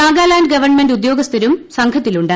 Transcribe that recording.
Nagaland government ഉദ്യോഗസ്ഥരും സംഘത്തിലുണ്ട്